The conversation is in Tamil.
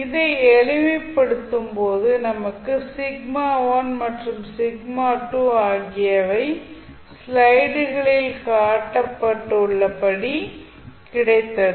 இதை எளிமைப்படுத்தும் போது நமக்கு மற்றும்ஆகியவை ஸ்லைடுகளில் காட்டப்பட்டுள்ளபடி கிடைத்தது